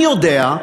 אני יודע,